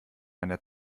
einer